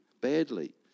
badly